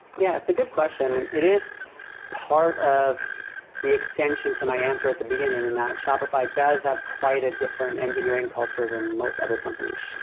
yeah, it' a good question. it is part of the extension to my answer at the beginning, and that and shopify does have quite a different engineering culture than most other companies.